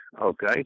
okay